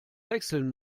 wechseln